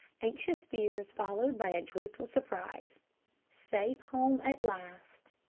anxious fears followed by a joyful surprise safe home at last,